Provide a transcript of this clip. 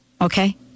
Okay